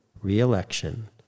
re-election